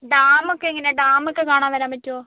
ഡാമൊക്കെ എങ്ങനെയാ ഡാമൊക്കെ കാണാൻ വരാൻ പറ്റുമോ